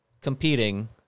competing